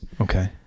Okay